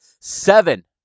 Seven